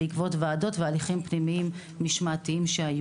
בעקבות ועדות והליכים משמעתיים פנימיים שהיו.